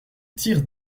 tire